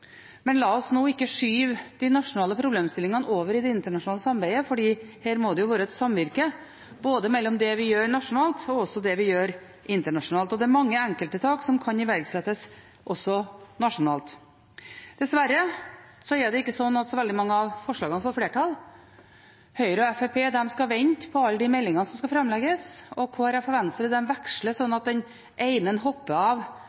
men la oss nå ikke skyve de nasjonale problemstillingene over i det internasjonale samarbeidet, for her må det være et samvirke mellom det vi gjør nasjonalt, og det vi gjør internasjonalt. Og det er mange enkelttiltak som kan iverksettes nasjonalt. Dessverre er det slik at ikke så veldig mange av forslagene får flertall. Høyre og Fremskrittspartiet skal vente på alle de meldingene som skal framlegges, og Kristelig Folkeparti og Venstre veksler, slik at den ene hopper av